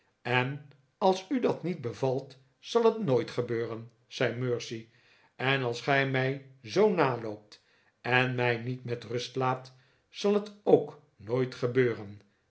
en als u dat niet bevalt zal het nooit gebeuren zei mercy en als gij mij zoo naloopt en mij niet met rust laat zal het ook nooit gebeuren